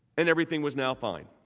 and everything was now fine.